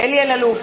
אלי אלאלוף,